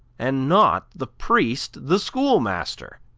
and not the priest the schoolmaster